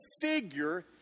figure